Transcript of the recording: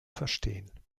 verstehen